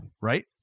Right